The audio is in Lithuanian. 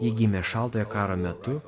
ji gimė šaltojo karo metu